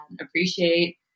appreciate